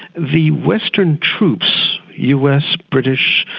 the western troops, us, british,